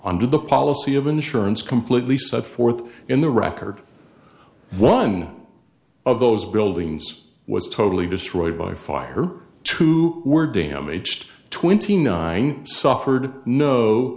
the policy of insurance completely set forth in the record one of those buildings was totally destroyed by fire two were damaged twenty nine suffered no